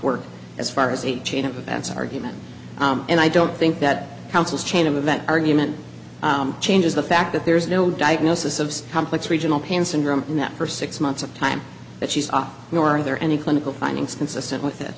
work as far as a chain of events argument and i don't think that counsel's chain of event argument changes the fact that there is no diagnosis of complex regional pain syndrome in that first six months of time that she's off nor are there any clinical findings consistent with